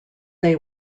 they